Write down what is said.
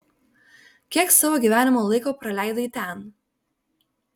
kiek savo gyvenimo laiko praleidai ten